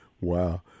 Wow